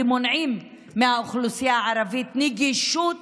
כי הם מונעים מהאוכלוסייה הערבית נגישות